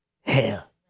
hell